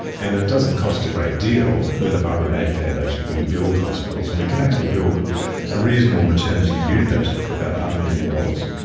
and it doesn't cost a great deal. with the barbara may foundation we build hospitals and we can actually build a reasonable maternity unit for about half a million dollars,